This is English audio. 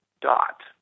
dot